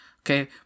Okay